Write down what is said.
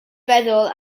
feddwl